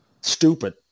stupid